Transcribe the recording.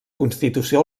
constitució